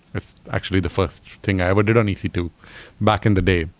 it's actually the first thing i ever did on e c two back in the day,